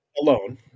Alone